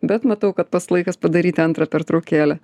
bet matau kad pats laikas padaryti antrą pertraukėlę